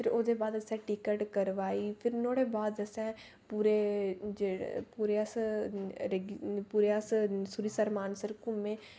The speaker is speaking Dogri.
फिर ओह्दे बाद असें टिकट करवाई फिर नुआढ़े बाद असें पूरे जेह्ड़े पूरे अस सरूईंसर मानसर घुम्मे फिर